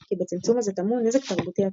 כי בצמצום הזה טמון נזק תרבותי עצום".